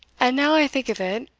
and naow i think of it,